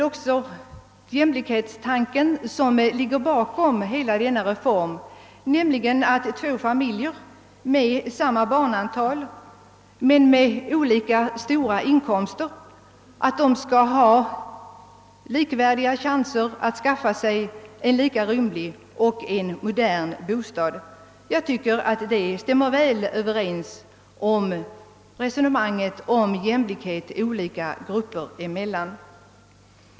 Bakom hela denna reform ligger jämlikhetstanken; två familjer med samma barnantal men med olika stora inkomster bör ha likvärdiga chanser att skaffa sig en lika rymlig och modern bostad. Detta stämmer enligt min mening väl överens med resonemanget om jämlikhet olika grupper emellan.